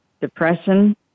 depression